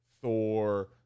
Thor